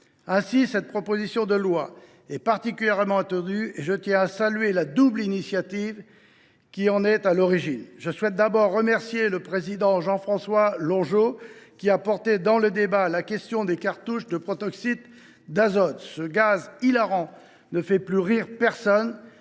Cette proposition de loi est particulièrement attendue, et je tiens à saluer la double initiative de mes collègues qui en est à l’origine. Je souhaite d’abord remercier le président Jean François Longeot, qui a suscité le débat sur la question des cartouches de protoxyde d’azote. Ce gaz hilarant ne fait plus rire personne,